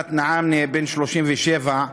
חכמת נעאמנה בן 37,